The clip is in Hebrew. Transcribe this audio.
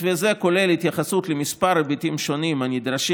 "מתווה זה כולל התייחסות למספר היבטים שונים הנדרשים